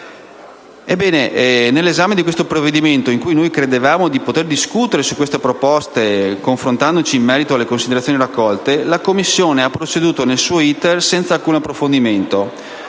nell'esame del provvedimento, in cui credevamo di poter discutere su queste proposte confrontandoci in merito alle considerazioni raccolte, la Commissione ha proceduto nel suo *iter* senza alcun approfondimento,